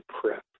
prep